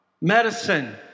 Medicine